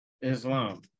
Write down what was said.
Islam